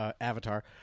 avatar